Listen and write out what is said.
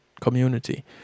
community